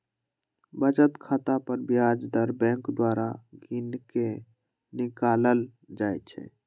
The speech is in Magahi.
बचत खता पर ब्याज दर बैंक द्वारा गिनके निकालल जाइ छइ